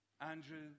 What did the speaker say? Andrew